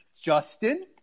Justin